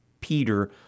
Peter